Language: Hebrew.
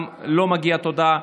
גם לו מגיע תודה.